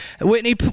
Whitney